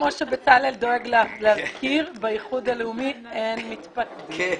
כמו שבצלאל דואג להזכיר באיחוד הלאומי אין מתפקדים.